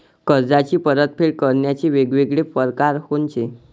कर्जाची परतफेड करण्याचे वेगवेगळ परकार कोनचे?